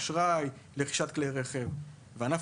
בשוק האשראי לרכישת כלי הרכב ובענף